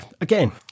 again